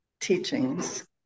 teachings